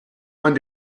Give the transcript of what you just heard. man